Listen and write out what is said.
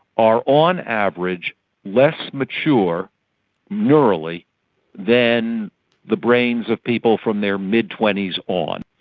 are on average less mature neurally than the brains of people from their mid twenty s on.